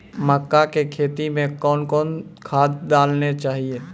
मक्का के खेती मे कौन कौन खाद डालने चाहिए?